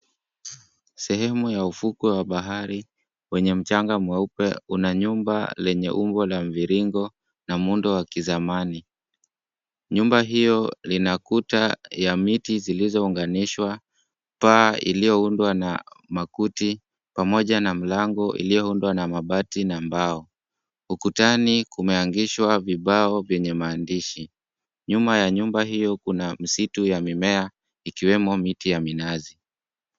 Sehemu ya ufukwe wa bahari, kwenye mchanga mweupe. Kuna nyumba lenye umbo la mviringo na muundo wa kizamani. Nyumba hiyo lina kuta ya miti zilizounganishwa, paa iliyoundwa na makuti, pamoja na mlango iliyoundwa na mabati na mbao. Ukutani kumeangishwa vibao vyenye maandishi. Nyuma ya nyumba hiyo kuna msitu ya mimea ikiwemo miti ya minazi.